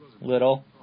little